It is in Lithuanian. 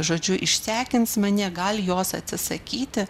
žodžiu išsekins mane gal jos atsisakyti